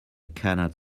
cannot